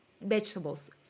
vegetables